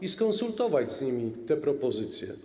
i skonsultować z nimi tę propozycję.